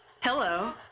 Hello